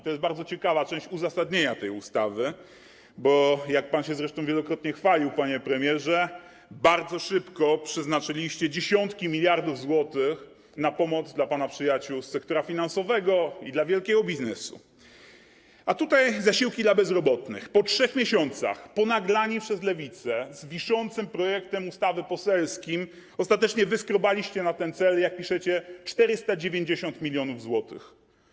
To jest bardzo ciekawa część uzasadnienia tej ustawy, bo jak pan się zresztą wielokrotnie chwalił, panie premierze, bardzo szybko przeznaczyliście dziesiątki miliardów złotych na pomoc dla pana przyjaciół z sektora finansowego i dla wielkiego biznesu, a tutaj zasiłki dla bezrobotnych - po 3 miesiącach, ponaglani przez Lewicę, z wiszącym poselskim projektem ustawy, ostatecznie wyskrobaliście na ten cel, jak piszecie, 490 mln zł.